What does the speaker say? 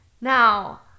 Now